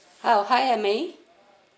oh hi amy